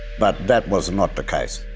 but that was not the case.